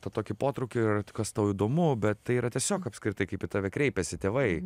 tą tokį potraukį ir kas tau įdomu bet tai yra tiesiog apskritai kaip į tave kreipiasi tėvai